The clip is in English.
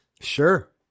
Sure